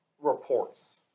reports